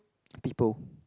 people